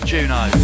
Juno